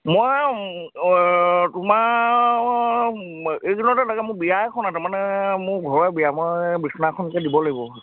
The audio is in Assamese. মই তোমাৰ এইকেইদিনতে লাগে মোৰ বিয়া এখন তাৰমানে মোৰ ঘৰৰে বিয়া মই বিছনা এখনকে দিব লাগিব